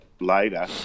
later